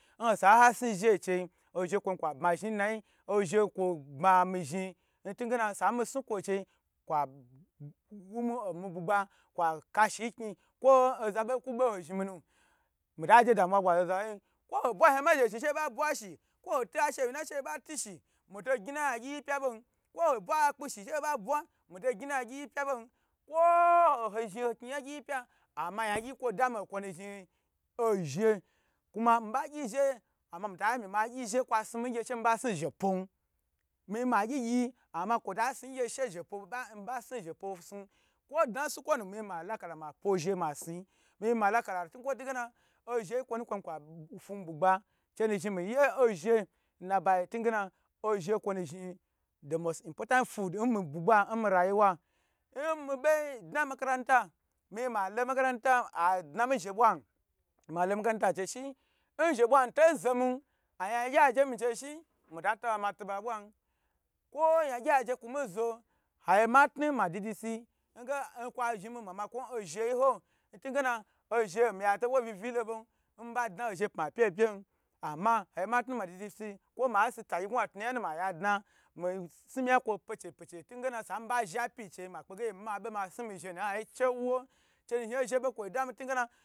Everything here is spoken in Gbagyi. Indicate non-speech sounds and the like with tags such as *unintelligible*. Nho sa ha sni zhe ncheyi ozhe kwanm bma zhmi nayi ozhe kwo bma mi zhni ntwe ge sa mi sni kwo cheyi kwoa wuni omi bugba kwa kashi nkni kwo oza bo ko boho zhni mi nu mita je damuwa bwa nzaho zaho yi yin kwo ho bwa shama zhe shi she ho bwa shi kwo ho hu ha shiwi na she ho ba ti shi mito gni na yan gyi yi pma bon kwo ho bwa akpa shi she ho ba bwa ma to gni na yan gyi yi pya bon kwo ho zhi kni yan gyi yi pya ama yan gyi kwo bo da mi okwo nu zhni ozhe ama mi ba gyi zhi ama mi tami ma gyi zhe she mi ba sni zhe pwon miyi ma gyi gyi ama mita gyi ngye she mi ba snu pwo snu kwo dna sukwo nmu meyi ma la ma pwo zhe pwo ma sni miya mala kala ntukwo tu gona ozhe ye kwo kwa fumi bu gba chenu zhni miye ozhe nabayi ntungen kwo nu zhni the most important food in mi bugba n mi rayiwa nmi bo dna makaranta miyi ma lo makaranta adna mi zhe bwan malo makaranta n zhe bwan to zomi ayangye aje miche shin mito taba mato ba bwan kwa yan gyi aje kwu mi zo agye mi tnu madidi sni nge kwa zhni mi nmamakwo nzha ntingene ozhe omiya to wu vivi lo bo miba dna ozhe pma pye pyen ama agye ma knu maji je si kwo ma si tagyi gwa tu yan nu maya dna miyi si miyan kwo pye chu pye che ntungena sa nba zhe pyi che ma kpe ge nma be mi snu mi zhe nu nha yi chewo. *unintelligible*